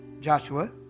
Joshua